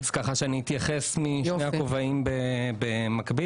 אני אתייחס משני הכובעים במקביל.